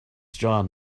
john